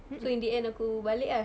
so in the end aku balik ah